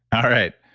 all right,